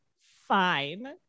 fine